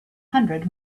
hundred